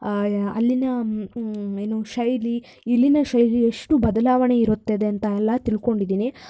ಅಲ್ಲಿನ ಏನು ಶೈಲಿ ಇಲ್ಲಿನ ಶೈಲಿ ಎಷ್ಟು ಬದಲಾವಣೆ ಇರುತ್ತದೆ ಅಂತ ಎಲ್ಲ ತಿಳ್ಕೊಂಡಿದ್ದೀನಿ